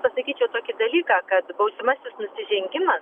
pasakyčiau tokį dalyką kad baudžiamasis nusižengimas